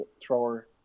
thrower